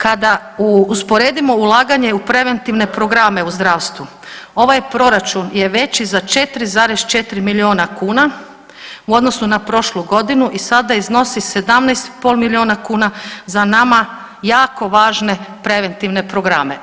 Kada usporedimo ulaganje u preventivne programe u zdravstvu ovaj proračun je veći za 4,4 milijuna kuna u odnosu na prošlu godinu i sada iznosi 17 i pol milijuna kuna za nama jako važne preventivne programe.